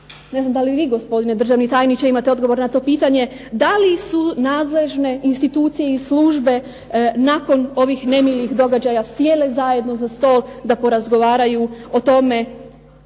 ne znam da li vi gospodine državni tajniče imate odgovor na to pitanje, da li su nadležne institucije i službe nakon ovih nemilih događaja sjele zajedno za stol da porazgovaraju o tome